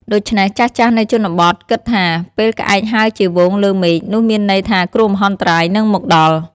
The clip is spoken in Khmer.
ដូច្នេះ ចាស់ៗនៅជនបទគិតថា ពេលក្អែកហើរជាហ្វូងលើមេឃ នោះមានន័យថាគ្រោះមហន្តរាយនឹងមកដល់។